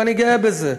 ואני גאה בזה.